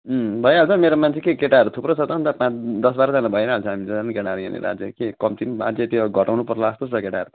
उम् भइहाल्छ हौ मेरोमा चाहिँ के केटाहरू थुप्रो छ त हौ अन्त पाँच दस बाह्रजना भइहाल्छ हामी त झन् केटाहरू यहाँनिर अझै के कम्ती पनि अझै त्यो घटाउनु पर्ला जस्तो छ केटाहरू